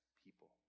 people